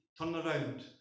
turnaround